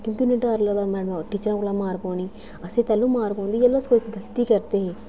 क्योंकि उनेंगी डर लगदा मैडमा टीचरै कोला मार पौनी असेंगी पैह्ला मार पौंदी ही जिसलै अस कोई गलती करदे हे